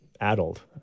adult